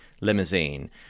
limousine